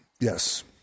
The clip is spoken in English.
Yes